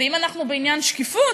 ואם אנחנו בעניין שקיפות,